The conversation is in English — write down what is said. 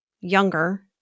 younger